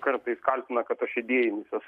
kartais kaltina kad aš idėjinis esu